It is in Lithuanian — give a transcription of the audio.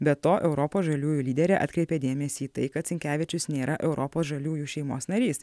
be to europos žaliųjų lyderė atkreipė dėmesį į tai kad sinkevičius nėra europos žaliųjų šeimos narys